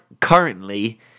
currently